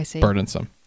burdensome